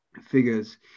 figures